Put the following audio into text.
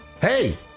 hey